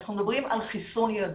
אנחנו מדברים על חיסון ילדים.